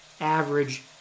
average